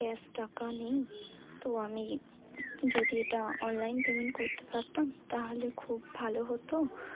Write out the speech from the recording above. cash টাকা নেই তো আমি যদি এটা অনলাইন পেমেন্ট করতে পারতাম তাহলে খুব ভালো হত